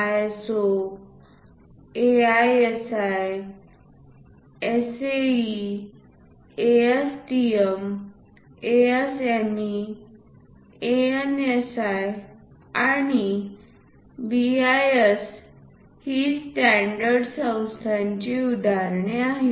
ISO AISI SAE ASTM ASME ANSI आणि BIS ही standard संस्थांची उदाहरणे आहेत